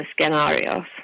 scenarios